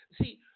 See